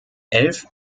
elf